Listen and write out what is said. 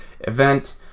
event